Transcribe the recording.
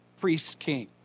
priest-king